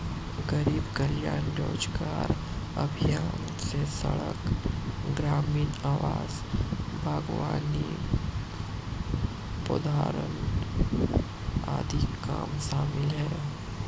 गरीब कल्याण रोजगार अभियान में सड़क, ग्रामीण आवास, बागवानी, पौधारोपण आदि काम शामिल है